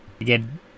Again